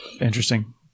Interesting